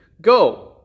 Go